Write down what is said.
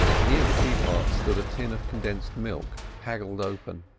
near the teapot stood a tin of condensed milk, haggled open.